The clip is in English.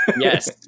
Yes